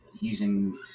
Using